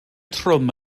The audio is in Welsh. trwm